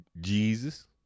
Jesus